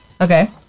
Okay